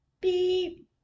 Beep